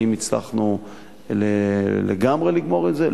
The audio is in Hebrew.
האם הצלחנו לגמרי לגמור עם זה?